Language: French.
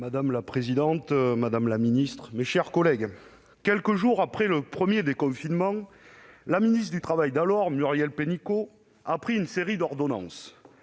Madame la présidente, madame la ministre, mes chers collègues, quelques jours après le premier déconfinement, la ministre du travail d'alors, Muriel Pénicaud, a pris une série d'ordonnances,